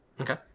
Okay